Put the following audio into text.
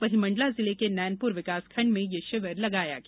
वहीं मंडला जिले के नैनपुर विकास खण्ड में यह शिविर लगाया गया